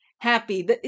happy